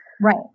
Right